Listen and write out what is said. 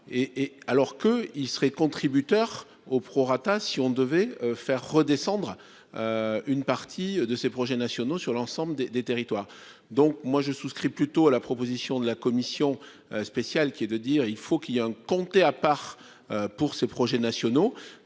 alors que il serait contributeur au prorata si on devait faire redescendre. Une partie de ses projets nationaux sur l'ensemble des des territoires. Donc moi je souscris plutôt à la proposition de la Commission spéciale qui est de dire il faut qu'il y a un comptés à part pour ses projets nationaux